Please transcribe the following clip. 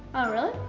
oh really?